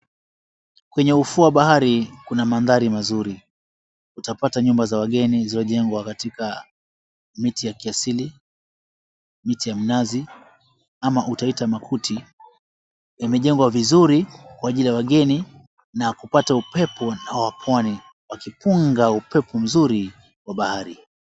Kwenye ufuo wa bahari kuna mandhari mazuri. Utapata nyumba za wageni zilizojengwa katika miti ya kiasili, miti ya mnazi ama utaiita makuti. Yamejengwa vizuri kwa ajili ya wageni na kupata upepo na wa Pwani, wakipunga upepo mzuri wa bahari.